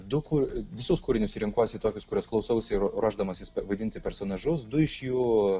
du kur visus kūrinius renkuosi tokius kuriuos klausausi ir ruošdamasis pavadinti personažus du iš jų